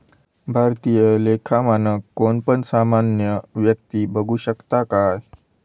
भारतीय लेखा मानक कोण पण सामान्य व्यक्ती बघु शकता काय?